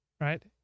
right